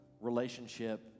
relationship